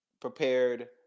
Prepared